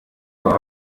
baba